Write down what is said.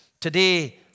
Today